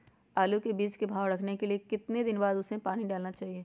आलू के बीज के भाव करने के बाद कितने दिन बाद हमें उसने पानी डाला चाहिए?